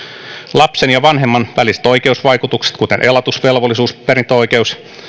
lapsen ja vanhemman väliset oikeusvaikutukset kuten elatusvelvollisuus perintöoikeus